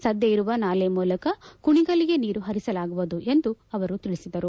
ಸದ್ಯ ಇರುವ ನಾಲೆ ಮೂಲಕ ಕುಣಿಗಲ್ಗೆ ನೀರು ಪರಿಸಲಾಗುವುದು ಎಂದು ಅವರು ತಿಳಿಸಿದರು